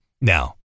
Now